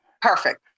perfect